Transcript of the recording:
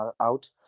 out